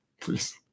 Please